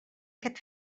aquest